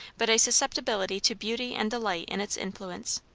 but a susceptibility to beauty and delight in its influence.